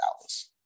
Dallas